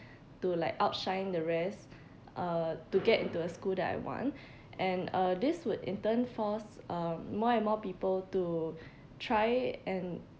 to like outshine the rest uh to get into a school that I want and uh this would in turn force uh more and more people to try and